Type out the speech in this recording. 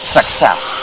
Success